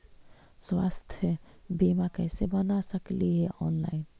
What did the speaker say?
स्वास्थ्य बीमा कैसे बना सकली हे ऑनलाइन?